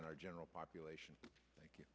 and our general population thank you